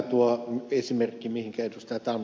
tuo esimerkki mihinkä ed